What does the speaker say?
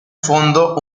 fondo